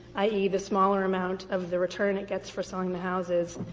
i e, the smaller amount of the return it gets for selling the houses,